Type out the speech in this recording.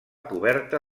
coberta